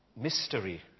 mystery